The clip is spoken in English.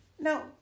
Now